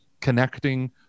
connecting